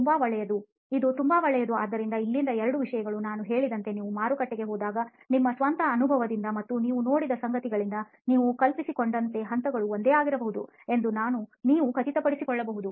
ತುಂಬಾ ಒಳ್ಳೆಯದು ಇದು ತುಂಬಾ ಒಳ್ಳೆಯದು ಆದ್ದರಿಂದ ಇಲ್ಲಿಂದ ಎರಡು ವಿಷಯಗಳು ನಾನು ಹೇಳಿದಂತೆ ನೀವು ಮಾರುಕಟ್ಟೆಗೆ ಹೋದಾಗ ನಿಮ್ಮ ಸ್ವಂತ ಅನುಭವದಿಂದ ಮತ್ತು ನೀವು ನೋಡಿದ ಸಂಗತಿಗಳಿಂದ ನೀವು ಕಲ್ಪಿಸಿಕೊಂಡಿದ್ದಂತೆ ಹಂತಗಳು ಒಂದೇ ಆಗಿದೆಯೆ ಎಂದು ನೀವು ಖಚಿತಪಡಿಸಬಹುದು